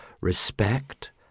respect